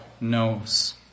knows